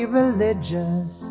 religious